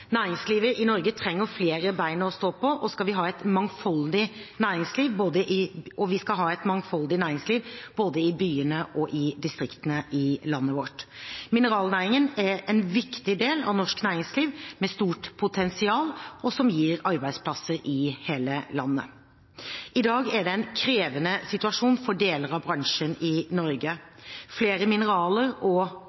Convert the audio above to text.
Næringslivet i Norge trenger flere ben å stå på, og vi skal ha et mangfoldig næringsliv både i byene og i distriktene i landet vårt. Mineralnæringen er en viktig del av norsk næringsliv – med stort potensial – som gir arbeidsplasser i hele landet. I dag er det en krevende situasjon for deler av bransjen i Norge. Flere mineraler og